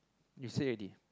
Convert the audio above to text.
you said already